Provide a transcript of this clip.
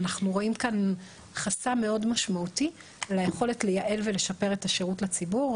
אנחנו רואים כאן חסם מאוד משמעותי ליכולת לייעל ולשפר את השירות לציבור.